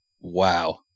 Wow